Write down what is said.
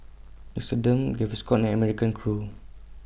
Nixoderm Gaviscon and American Crew